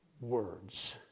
words